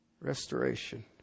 Restoration